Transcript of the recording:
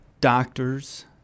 doctors